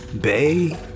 bay